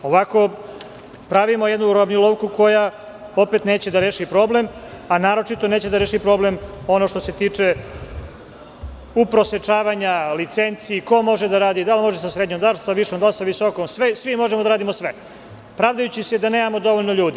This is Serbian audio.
Ovako, pravimo jednu uravnilovku, koja opet neće da reši problem, a naročito neće da reši problem onoga što se tiče uprosečavanja, licenci, ko može da radi, da li može sa srednjom, da li sa višom, da li sa visokom, da li svi možemo da radimo sve, pravdajući se da nemamo dovoljno ljudi.